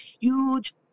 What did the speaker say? huge